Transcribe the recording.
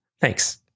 Thanks